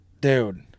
Dude